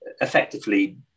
effectively